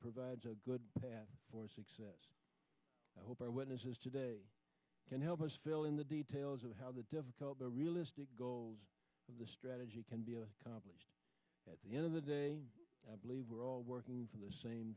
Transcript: provides a good for success i hope our witnesses today can help us fill in the details of how the difficult the realistic goals of the strategy can be accomplished at the end of the day i believe we're all working for the same